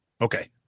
Okay